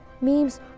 memes